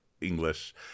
english